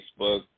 Facebook